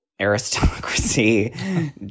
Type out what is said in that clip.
aristocracy